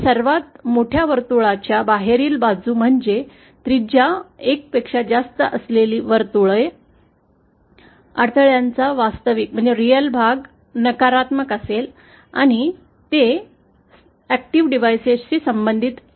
या सर्वात मोठ्या वर्तुळा च्या बाहेरील बाजूने म्हणजे त्रिज्या 1 असलेले वर्तुळ अडथळ्यांचा वास्तविक भाग नकारात्मक असेल आणि ते सक्रिय डिव्हाइसशी संबंधित असेल